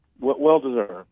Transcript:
well-deserved